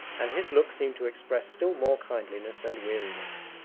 and his look seemed to express still more kindliness and weariness.